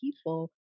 people